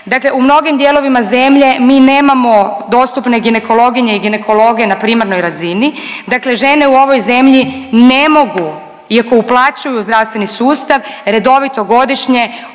Dakle, u mnogim dijelovima zemlje mi nemamo dostupne ginekologinje i ginekologe na primarnoj razini. Dakle, žene u ovoj zemlji ne mogu iako uplaćuju zdravstveni sustav redovito godišnje